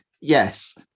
Yes